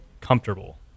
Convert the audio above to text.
comfortable